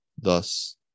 Thus